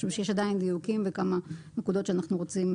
משום שיש עדיין דיוקים וכמה נקודות שאנחנו רוצים